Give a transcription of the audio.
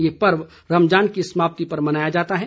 यह पर्व रमजान की समाप्ति पर मनाया जाता है